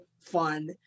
fun